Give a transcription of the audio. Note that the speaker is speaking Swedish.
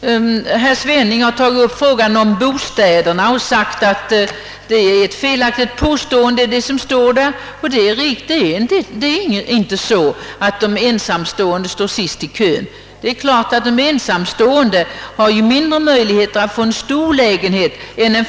Herr Svenning har tagit upp frågan om bostäderna och sagt att det som skrivits i detta avseende i reservationen, nämligen att de ensamstående regelmässigt ställts sist i kön, är felaktigt. Vad herr Svenning säger är riktigt. Det är inte så att de ensamstående ställts sist i bostadskön. Det är klart att de ensamstående har mindre möjligheter att få en stor lägenhet än en